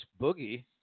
Boogie